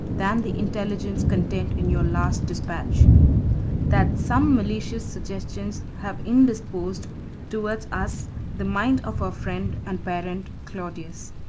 than the intelligence contained in your last despatch that some malicious suggestions have indisposed towards us the mind of our friend and parent claudius.